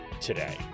today